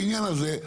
בעניין הזה,